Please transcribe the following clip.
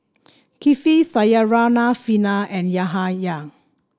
Kifli Syarafina and Yahaya